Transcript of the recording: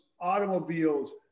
automobiles